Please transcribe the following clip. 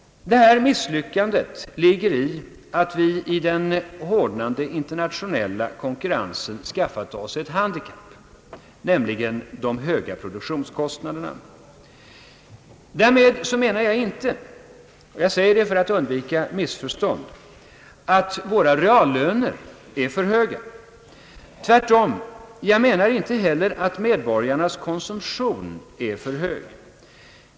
Misslyckandet ligger i att vi har skaffat oss ett handikapp i den hårdnande internationella konkurrensen, nämligen de höga produktionskostnaderna. För att undvika missförstånd vill jag gärna ha sagt, att jag inte menar ait våra reallöner är för höga. Tvärtom. Jag menar inte heller att medborgarnas konsumtion är för hög.